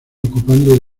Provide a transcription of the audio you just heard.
ocupando